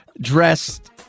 dressed